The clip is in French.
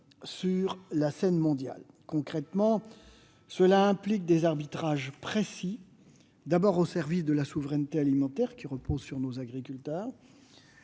sur la scène mondiale. Concrètement, cela implique des arbitrages précis. Je pense d'abord à des arbitrages au service de la souveraineté alimentaire, qui repose sur nos agriculteurs.